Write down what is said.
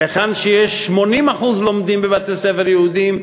היכן שיש 80% שלומדים בבתי-ספר יהודיים,